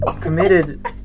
committed